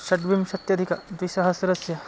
षड्विंशत्यधिकद्विसहस्रस्य